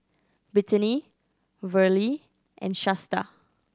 Britany Verle and Shasta